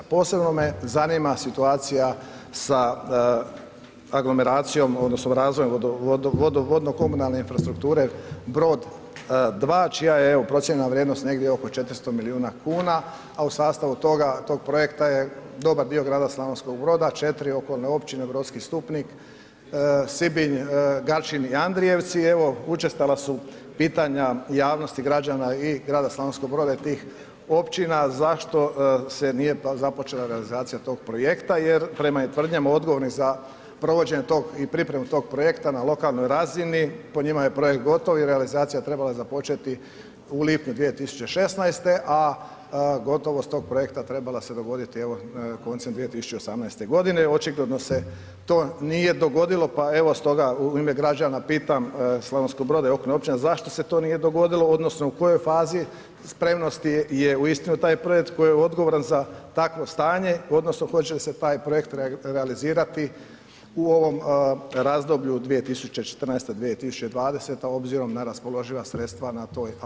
Posebno me zanima situacija sa aglomeracijom odnosno razvojem vodno komunalne infrastrukture, brod, dva, čija je, evo, procjena vrijednosti negdje oko 400 milijuna kuna, a u sastavu toga, tog projekta je dobar dio grada Slavonskog Broda, 4 oko općine Brodski Stupnik, Sibinj, ... i Andrijevci, evo, učestala su pitanja javnosti građana i grada Slavonskog Broda i tih općina, zašto se nije započela realizacija tog projekta jer prema tvrdnjama odgovornih za provođenje tog i pripremu tog projekta na lokalnoj razini, po njima je projekt gotov i realizacija je trebala započeti u lipnju 2016., a gotovost tog projekta trebala se dogoditi, evo, koncem 2018. g očigledno se to nije dogodilo, pa evo stoga u ime građana pitam, Slavonskog Broda i okolnih općina, zašto se to nije dogodilo odnosno u kojoj fazi spremnosti je uistinu taj projekt koji je odgovoran za takvo stanje odnosno hoće li se taj projekt realizirati u ovom razdoblju 2014., 2020. obzirom na raspoloživa sredstva na toj alokaciji.